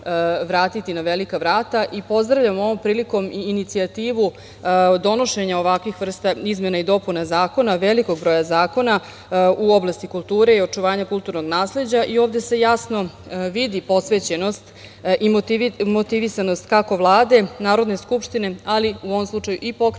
vratiti na velika vrata. Pozdravljam ovom prilikom i inicijativu donošenja ovakvih vrsta izmena i dopuna zakona, velikog broja zakona u oblasti kulture i očuvanja kulturnog nasleđa. Ovde se jasno vidi posvećenost i motivisanost kako Vlade, Narodne skupštine, ali u ovom slučaju i Pokrajinske